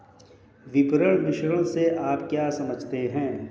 विपणन मिश्रण से आप क्या समझते हैं?